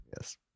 Yes